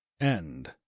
End